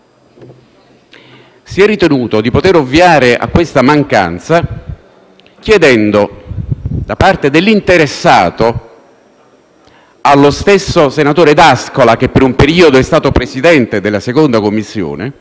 Si è ritenuto di poter ovviare a questa mancanza chiedendo, da parte dell'interessato allo stesso senatore D'Ascola - per un periodo è stato Presidente della 2a Commissione